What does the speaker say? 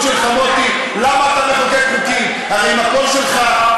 ציונות אומרת: רוב יהודי בארץ ישראל,